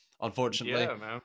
unfortunately